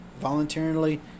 voluntarily